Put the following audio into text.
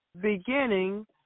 Beginning